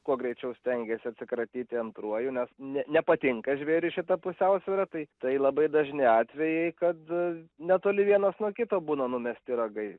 kuo greičiau stengiasi atsikratyti antruoju nes nepatinka žvėriui šita pusiausvyra taip tai labai dažni atvejai kad netoli vienas nuo kito būna numesti ragai